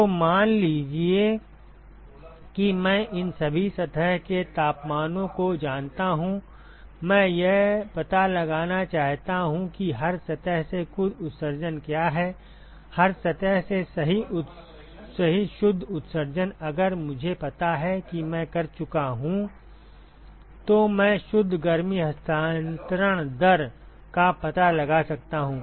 तो मान लीजिए कि मैं इन सभी सतह के तापमानों को जानता हूं मैं यह पता लगाना चाहता हूं कि हर सतह से कुल उत्सर्जन क्या है हर सतह से सही शुद्ध उत्सर्जन अगर मुझे पता है कि मैं कर चुका हूं तो मैं शुद्ध गर्मी हस्तांतरण दर का पता लगा सकता हूं